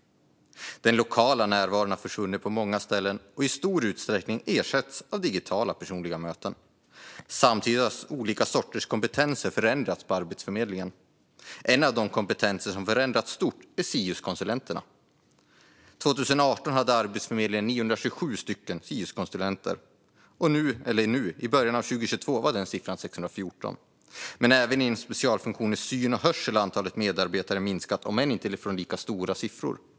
Den lokala närvaron har försvunnit på många ställen och i stor utsträckning ersatts av digitala personliga möten. Samtidigt har olika sorters kompetenser förändrats på Arbetsförmedlingen. En av de kompetenser som har förändrats stort är SIUS-konsulenterna. År 2018 hade Arbetsförmedlingen 927 SIUS-konsulenter, och i början av 2022 var siffran 614. Även inom specialfunktionerna syn och hörsel har antalet medarbetare minskat, om än inte från lika höga siffror.